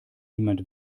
niemand